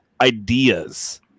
ideas